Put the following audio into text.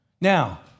Now